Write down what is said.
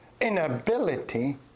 inability